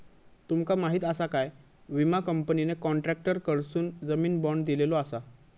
तुमका माहीत आसा काय, विमा कंपनीने कॉन्ट्रॅक्टरकडसून जामीन बाँड दिलेलो आसा